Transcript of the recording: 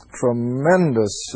tremendous